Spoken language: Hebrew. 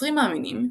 נוצרים מאמינים,